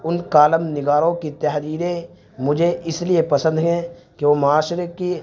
ان column نگاروں کی تحریریں مجھے اس لیے پسند ہیں کہ وہ معاشرے کی